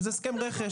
וזה הסכם רכש.